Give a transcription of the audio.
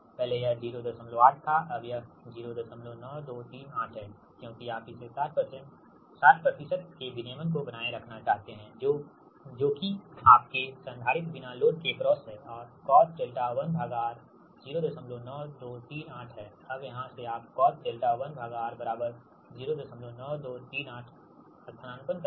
पहले यह 08 था अब यह 09238 है क्योंकि आप इसे 60 के विनियमन को बनाए रखना चाहते हैं जो कि आपके संधारित्र बिना लोड के एक्रोस है और Cos𝛿1R 09238 है अब यहाँ से आप अब cos 𝛿1R बराबर 09238 स्थानापन्न करें